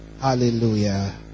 Hallelujah